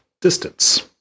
Distance